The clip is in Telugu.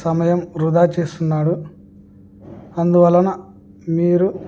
సమయం వృధా చేస్తున్నాడు అందువలన మీరు